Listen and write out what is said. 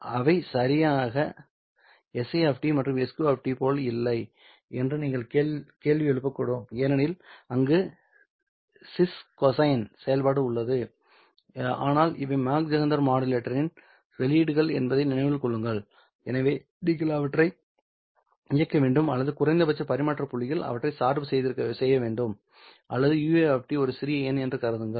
அவை சரியாக si மற்றும் sq போல இல்லை என்று நீங்கள் கேள்வி எழுப்பக்கூடும் ஏனெனில் அங்கு sis cosign செயல்பாடு உள்ளது ஆனால் இவை மாக் ஜெஹெண்டர் மாடுலேட்டரின் வெளியீடுகள் என்பதை நினைவில் கொள்ளுங்கள் எனவே நீங்கள் அவற்றை இயக்க வேண்டும் அல்லது குறைந்தபட்ச பரிமாற்ற புள்ளிகளில் அவற்றைச் சார்பு செய்ய வேண்டும் மற்றும் ui ஒரு சிறிய எண் என்று கருதுங்கள்